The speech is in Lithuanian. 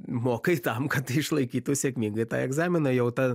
mokai tam kad išlaikytų sėkmingai tą egzaminą jau tą